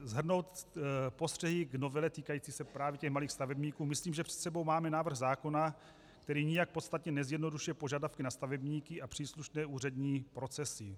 Mámli shrnout postřehy k novele týkající se právě malých stavebníků, myslím, že před sebou máme návrh zákona, který nijak podstatně nezjednodušuje požadavky na stavebníky a příslušné úřední procesy.